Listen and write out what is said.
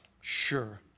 sure